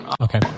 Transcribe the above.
Okay